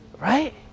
Right